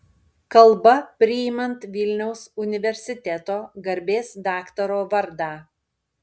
kalba priimant vilniaus universiteto garbės daktaro vardą